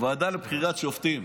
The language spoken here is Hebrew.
הוועדה לבחירת שופטים,